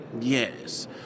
Yes